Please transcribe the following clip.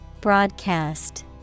broadcast